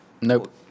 Nope